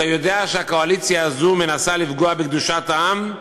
אתה יודע שהקואליציה הזו מנסה לפגוע בקדושת העם,